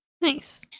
Nice